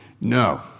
No